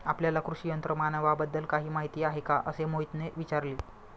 आपल्याला कृषी यंत्रमानवाबद्दल काही माहिती आहे का असे मोहितने विचारले?